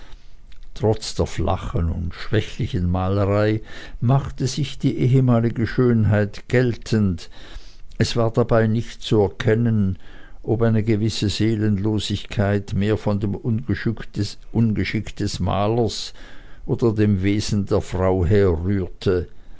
trotz der flachen und schwächlichen malerei machte sich die ehemalige schönheit geltend es war dabei nicht zu erkennen ob eine gewisse seelenlosigkeit mehr von dem ungeschick des malers oder dem wesen der frau herrührte